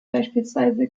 beispielsweise